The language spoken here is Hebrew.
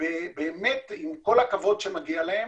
עם כל הכבוד שמגיע להם.